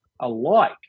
alike